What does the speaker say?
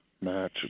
match